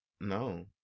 no